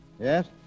Yes